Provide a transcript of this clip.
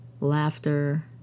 laughter